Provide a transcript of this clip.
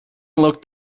looked